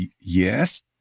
Yes